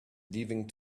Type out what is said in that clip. leaving